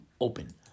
open